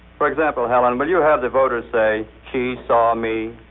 for example, helen, will you have the voder say, she saw me?